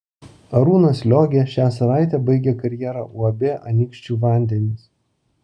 arūnas liogė šią savaitę baigė karjerą uab anykščių vandenys